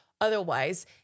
otherwise